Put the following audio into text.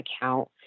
account